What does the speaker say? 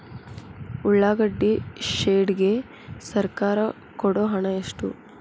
ಉಳ್ಳಾಗಡ್ಡಿ ಶೆಡ್ ಗೆ ಸರ್ಕಾರ ಕೊಡು ಹಣ ಎಷ್ಟು?